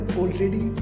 already